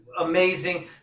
amazing